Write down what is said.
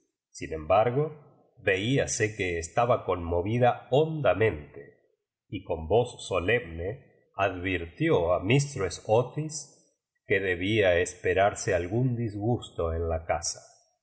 sin embargo veíase que estaba conmovida hondamente y con voz solemne advirtió a místress otis que debía espetarse algún disgusto en la casa